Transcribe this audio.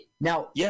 Now